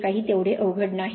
हे काही तेवढे अवघड नाही